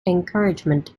encouragement